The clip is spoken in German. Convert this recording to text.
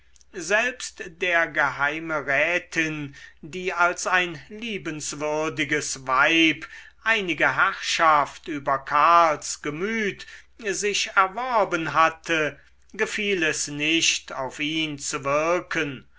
selbst der geheimerätin die als ein liebenswürdiges weib einige herrschaft über karls gemüt sich erworben hatte gelang es nicht auf ihn zu wirken